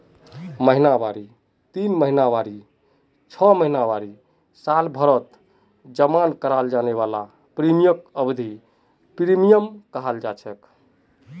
महिनावारी तीन महीनावारी छो महीनावारी सालभरत जमा कराल जाने वाला प्रीमियमक अवधिख प्रीमियम कहलाछेक